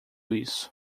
isso